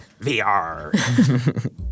VR